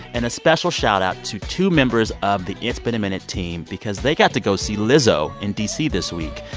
and a special shout-out to two members of the it's been a minute team because they got to go see lizzo in d c. this week.